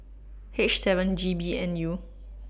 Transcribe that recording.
H seven G B N U